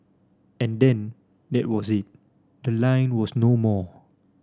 and then that was it the line was no more